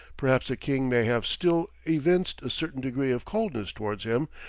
perhaps the king may have still evinced a certain degree of coldness towards him,